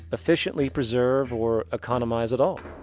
efficiently preserve or economize at all?